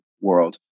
world